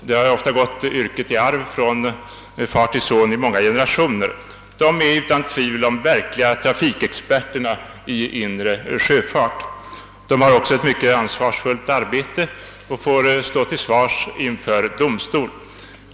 Yrket har ofta gått i arv från far till son i många generationer och lotsarna är utan tvivel de verkliga experterna när det gäller den inre sjöfarten. De har också ett mycket ansvarsfullt arbete och får vid olyckor stå till svars inför domstol.